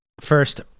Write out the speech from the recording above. first